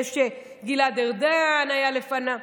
גלעד ארדן היה לפניו,